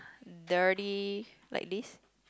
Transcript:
dirty like this